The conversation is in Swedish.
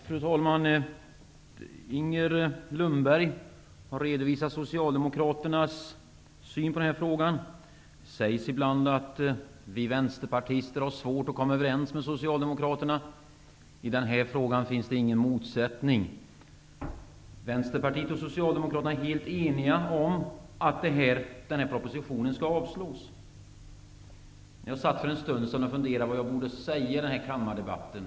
Fru talman! Inger Lundberg har redovisat Socialdemokraternas syn på den här frågan. Det sägs ibland att vi vänsterpartister har svårt att komma överens med Socialdemokraterna. I den här frågan finns det ingen motsättning. Vänsterpartiet och Socialdemokraterna är helt eniga om att den här propositionen skall avslås. Jag satt för en stund sedan och funderade på vad jag borde säga i den här kammardebatten.